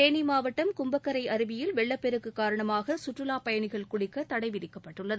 தேனி மாவட்டம் கும்பக்கரை அருவியில் வெள்ளப்பெருக்கு காரணமாக சுற்றுலாப் பயணிகள் குளிக்க தடை விதிக்கப்பட்டுள்ளது